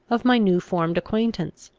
of my new-formed acquaintance.